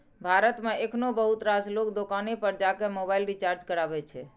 भारत मे एखनो बहुत रास लोग दोकाने पर जाके मोबाइल रिचार्ज कराबै छै